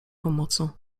pomocą